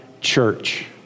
church